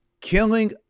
killing